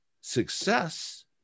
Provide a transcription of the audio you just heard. success